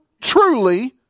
truly